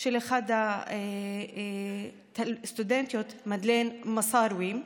של אחת הסטודנטיות, מדלן מסארווי: